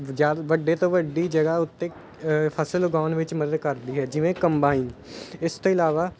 ਜਦ ਵੱਡੇ ਤੋਂ ਵੱਡੀ ਜਗ੍ਹਾ ਉੱਤੇ ਫਸਲ ਉਗਾਉਣ ਵਿੱਚ ਮਦਦ ਕਰਦੀ ਹੈ ਜਿਵੇਂ ਕੰਬਾਈਨ ਇਸ ਤੋਂ ਇਲਾਵਾ